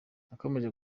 nakomeje